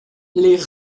les